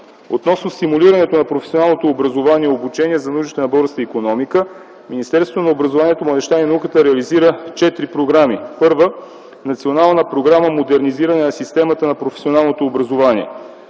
Относно стимулирането на професионалното образование и обучение за нуждите на българската икономика, Министерството на образованието, младежта и науката реализира четири програми: първо, Национална програма „Модернизиране на системата на професионалното образование”;